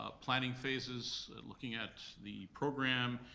ah planning phases, looking at the program,